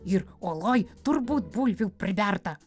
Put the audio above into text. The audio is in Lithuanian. ir oloj turbūt bulvių priberta